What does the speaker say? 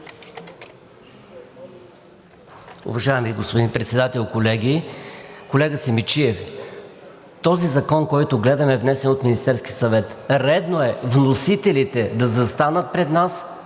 Уважаеми господин Председател, колеги! Колега Симидчиев, този закон, който гледаме, е внесен от Министерския съвет. Редно е вносителите да застанат пред нас